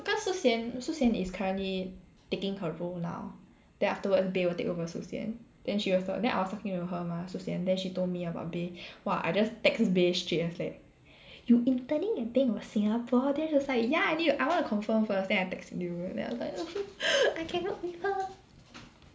cause Su xian Su xian is currently taking her role now then afterwards Beh will take over Su xian then she also then I was talking about her mah Su xian then she told me about Beh !wah! I just text Beh straight I was like you interning at bank of Singapore then she was like ya I need to I wanna confirm first then I text you then I was like I can work with her